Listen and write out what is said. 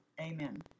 Amen